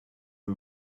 are